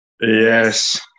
yes